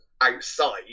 outside